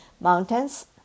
Mountains